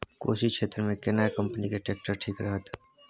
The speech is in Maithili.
कोशी क्षेत्र मे केना कंपनी के ट्रैक्टर ठीक रहत?